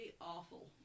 awful